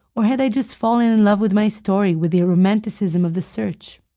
or had i just fallen in love with my story, with the romanticism of the search?